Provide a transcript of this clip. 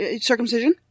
circumcision